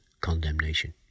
condemnation